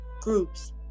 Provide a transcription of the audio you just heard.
groups